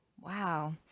wow